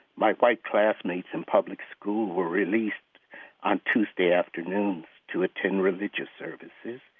my white classmates in public school were released on tuesday afternoons to attend religious services,